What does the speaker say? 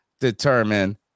determine